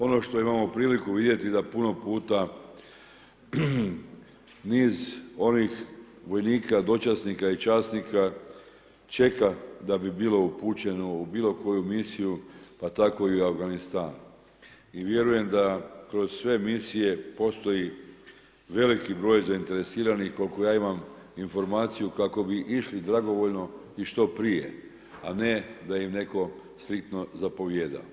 Ono što imamo priliku vidjeti da puno puta, niz onih vojnika, dočasnika i časnika čeka da bi bilo upućeno u bilokoju misiju pa tako i u Afganistan i vjerujem da kroz sve misije postoji veliki broj zainteresiranih koliko ja imam informaciju, kako bi išli dragovoljno i što prije a ne da im netko striktno zapovijeda.